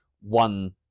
one